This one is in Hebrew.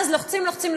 ואז לוחצים,